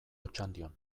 otxandion